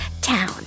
town